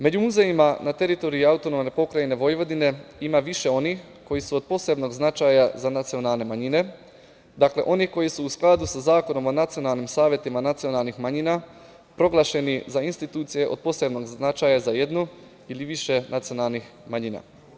Među muzejima na teritoriji AP Vojvodine ima više onih koji su od posebnog značaja za nacionalne manjine, dakle, oni koji su u skladu sa Zakonom o nacionalnim savetima nacionalnih manjina proglašeni za institucije od posebnog značaja za jednu ili više nacionalnih manjina.